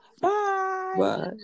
Bye